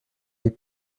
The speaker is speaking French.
les